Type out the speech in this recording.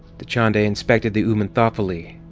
dachande inspected the ooman thoughtfully.